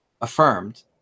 affirmed